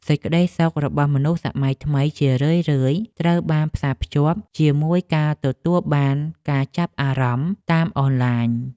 សេចក្ដីសុខរបស់មនុស្សសម័យថ្មីជារឿយៗត្រូវបានផ្សារភ្ជាប់ជាមួយការទទួលបានការចាប់អារម្មណ៍តាមអនឡាញ។